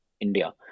India